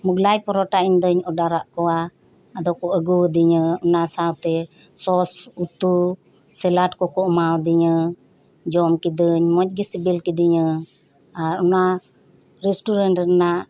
ᱢᱳᱜᱽᱞᱟᱭ ᱯᱚᱨᱚᱴᱟ ᱤᱧ ᱫᱩᱧ ᱚᱨᱰᱟᱨᱟ ᱟᱠᱚᱣᱟ ᱟᱫᱚ ᱠᱚ ᱟᱹᱜᱩ ᱟᱹᱫᱤᱧᱟ ᱚᱱᱟ ᱥᱟᱶᱛᱮ ᱥᱚᱥ ᱩᱛᱩ ᱥᱮᱞᱟᱴ ᱠᱚ ᱠᱚ ᱮᱢᱟ ᱟᱫᱤᱧᱟᱹ ᱡᱚᱢ ᱠᱤᱫᱟᱹᱧ ᱢᱚᱸᱡᱽ ᱜᱮ ᱥᱮᱵᱮᱞ ᱠᱤᱫᱤᱧᱟᱹ ᱟᱨ ᱚᱱᱟ ᱨᱤᱥᱴᱩᱨᱮᱱᱴ ᱨᱮᱱᱟᱜ